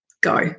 go